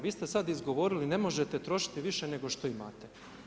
Vi ste sada izgovorili, ne možete trošiti više nego što imate.